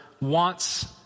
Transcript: wants